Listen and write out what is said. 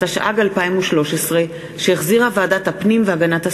התשע"ג 2013, שהחזירה ועדת הפנים והגנת הסביבה.